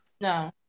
No